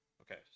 Okay